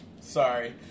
Sorry